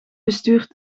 bestuurt